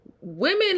women